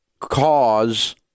cause